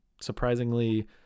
surprisingly